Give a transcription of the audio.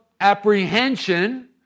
apprehension